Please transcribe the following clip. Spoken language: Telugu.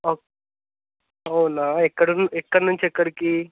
ఓకే అవునా ఎక్కడ ఎక్కడి నుంచి ఎక్కడికి